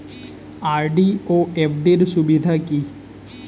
RD ও FD র সুবিধা কি?